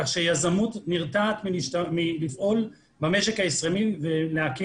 כך שיזמות נרתעת מלפעול במשק הישראלי ולהקים